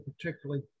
particularly